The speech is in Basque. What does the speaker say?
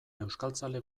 euskaltzale